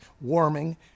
warming